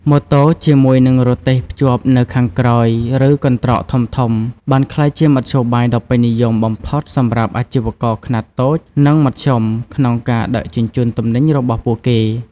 ម៉ូតូជាមួយនឹងរទេះភ្ជាប់នៅខាងក្រោយ ឬកន្ត្រកធំៗបានក្លាយជាមធ្យោបាយដ៏ពេញនិយមបំផុតសម្រាប់អាជីវករខ្នាតតូចនិងមធ្យមក្នុងការដឹកជញ្ជូនទំនិញរបស់ពួកគេ។